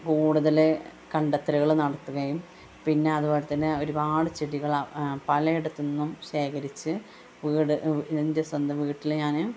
കൂടുതല് കണ്ടെത്തലുകൾ നടത്തുകയും പിന്നെ അതുപോലെതന്നെ ഒരുപാട് ചെടികൾ പലയിടത്ത് നിന്നും ശേഖരിച്ച് വീട് എൻ്റെ സ്വന്തം വീട്ടില് ഞാന്